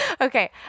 Okay